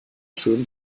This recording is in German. schön